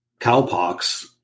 cowpox